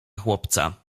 chłopca